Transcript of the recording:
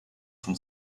from